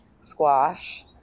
squash